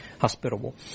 hospitable